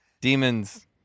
Demons